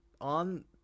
on